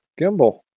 Gimbal